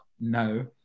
no